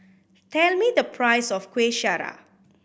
tell me the price of Kuih Syara